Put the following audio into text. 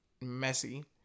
messy